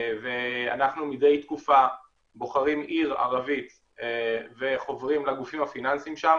אנחנו מדי תקופה בוחרים עיר ערבית וחוברים לגופים הפיננסיים שם